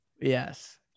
Yes